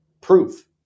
proof